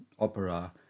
opera